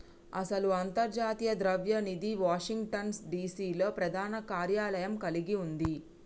అసలు అంతర్జాతీయ ద్రవ్య నిధి వాషింగ్టన్ డిసి లో ప్రధాన కార్యాలయం కలిగి ఉంది